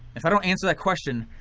if i don't answer that question,